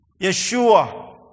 Yeshua